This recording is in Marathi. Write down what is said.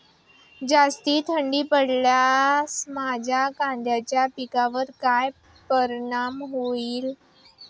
जास्त थंडी पडल्यास माझ्या कांद्याच्या पिकावर काय परिणाम होईल?